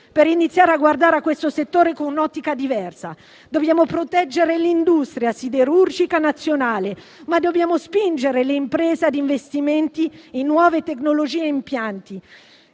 per iniziare a guardare a questo settore con un'ottica diversa. Dobbiamo proteggere l'industria siderurgica nazionale, ma dobbiamo spingere le imprese a investimenti in nuove tecnologie e impianti